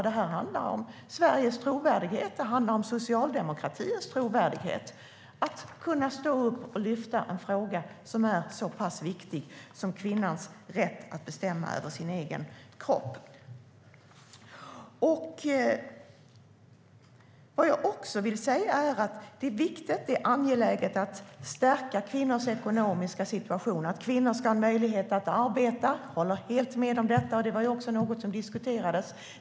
Det handlar om Sveriges trovärdighet och Socialdemokraternas trovärdighet att kunna stå upp och lyfta fram en fråga som är så pass viktig som kvinnans rätt till att bestämma över sin egen kropp. Det är viktigt och angeläget att stärka kvinnors ekonomiska situation. Kvinnor ska ha en möjlighet att arbeta. Jag håller helt med om detta. Det var också något som diskuterades.